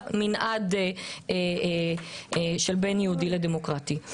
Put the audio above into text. במנעד של בין יהודי לדמוקרטי.